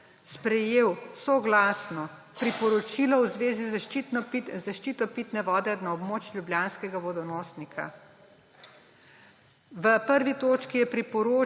sprejel soglasno priporočilo v zvezi z zaščito pitne vode na območju ljubljanskega vodonosnika. V prvi točki je priporočil